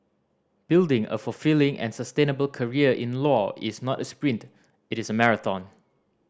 building a fulfilling and sustainable career in law is not a sprint it is a marathon